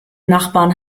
nachbarn